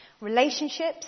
Relationships